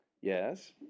Yes